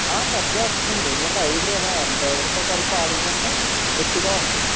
పెద్దదే వస్తుంది అండి ఏంటంటే ఐదుగురు కదా డ్రైవర్తో కలిపి ఆరుగురు అంటే ఎర్టిగా వస్తుంది